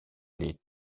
les